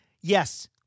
Yes